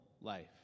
life